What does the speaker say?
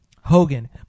Hogan